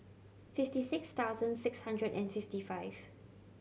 fifty six thousand six hundred and fifty five